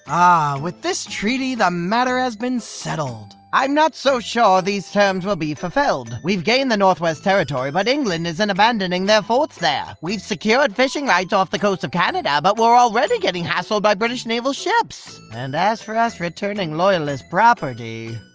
ah, with this treaty the matter has been settled. i'm not so sure these terms will be fulfilled. we've gained the northwest territory but england isn't abandoning its forts there. we've secured fishing rights off the coast of canada but we're already getting hassled by british naval ships. and as for us returning loyalist property,